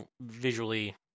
visually